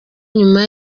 nyuma